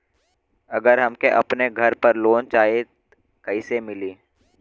अगर हमके अपने घर पर लोंन चाहीत कईसे मिली?